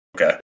Okay